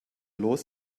los